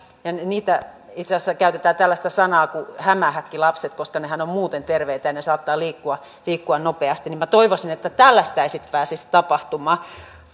heistä itse asiassa käytetään tällaista sanaa kuin hämähäkkilapset koska hehän ovat muuten terveitä ja he saattavat liikkua nopeasti minä toivoisin että tällaista ei pääsisi tapahtumaan